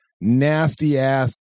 nasty-ass